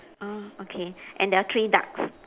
oh okay and there are three ducks